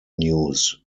news